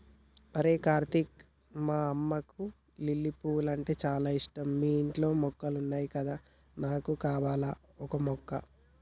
అరేయ్ కార్తీక్ మా అమ్మకు లిల్లీ పూలంటే చాల ఇష్టం మీ ఇంట్లో మొక్కలున్నాయి కదా నాకు కావాల్రా ఓక మొక్క